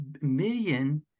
million